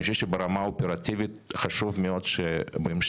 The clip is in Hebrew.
אני חושב שברמה האופרטיבית חשוב מאוד שבהמשך